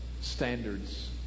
standards